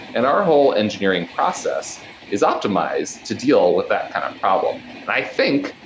and our whole engineering process is optimized to deal with that kind of problem, and i think,